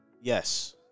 Yes